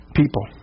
people